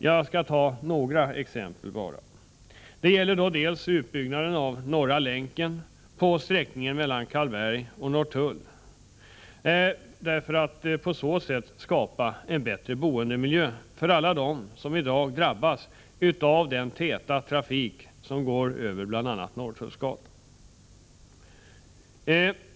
Jag skall bara ta några exempel: Det gäller dels utbyggnaden av Norra länken på sträckningen mellan Karlberg och Norrtull för att på så sätt skapa en bättre boendemiljö för alla dem som i dag drabbas av den täta trafik som går över bl.a. Norra Stationsgatan.